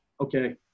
okay